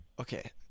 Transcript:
Okay